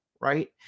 Right